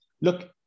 look